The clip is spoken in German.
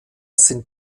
sind